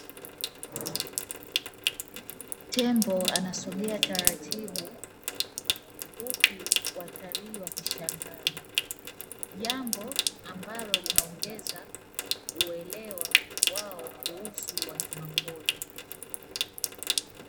Tembo anasogea taratibu huku watalii wakishangaa, jambo ambalo linaongeza uelewa wao kuhusu wanyamapori.